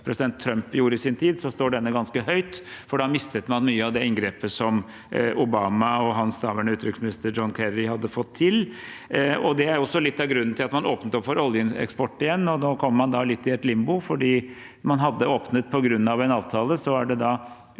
ting president Trump gjorde i sin tid, tror jeg dette står ganske høyt, for da mistet man mye av inngrepet som Obama og hans daværende utenriksminister John Kerry hadde fått til. Det var også litt av grunnen til at man åpnet opp for oljeeksport igjen. Nå kommer man litt i et limbo, for man hadde åpnet på grunn av en avtale, og så er det